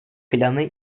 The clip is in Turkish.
planı